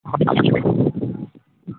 hello